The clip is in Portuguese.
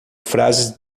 frases